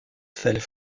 selles